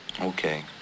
Okay